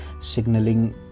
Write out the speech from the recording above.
signaling